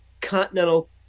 continental